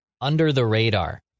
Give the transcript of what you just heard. under-the-radar